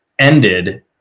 ended